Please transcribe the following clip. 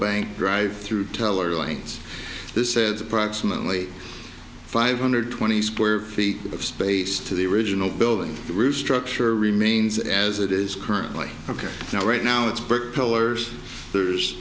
bank drive through teller joints this is approximately five hundred twenty square feet of space to the original building the roof structure remains as it is currently ok so right now it's brick pillars there's